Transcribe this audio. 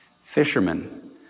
Fishermen